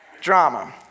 drama